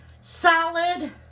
salad